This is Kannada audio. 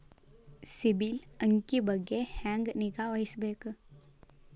ಸಿಬಿಲ್ ಅಂಕಿ ಬಗ್ಗೆ ಹೆಂಗ್ ನಿಗಾವಹಿಸಬೇಕು?